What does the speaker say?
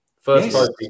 First